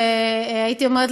הייתי אומרת,